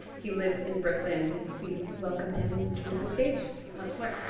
he lives in brooklyn. please welcome him to the stage once more.